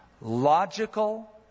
logical